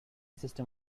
system